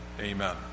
amen